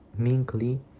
minkly